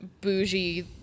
bougie